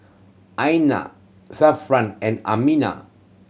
Aina Zafran and Aminah